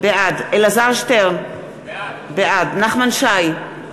בעד אלעזר שטרן, בעד נחמן שי,